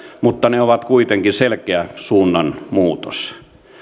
mutta ne ovat kuitenkin selkeä suunnanmuutos